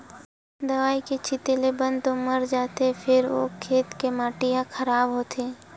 दवई के छिते ले बन ह तो मर जाथे फेर ओ खेत के माटी ह खराब होथे